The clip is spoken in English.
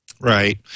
Right